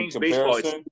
baseball